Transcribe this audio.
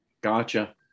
gotcha